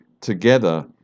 together